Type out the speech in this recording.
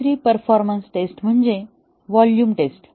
दुसरी performance test म्हणजे volume taste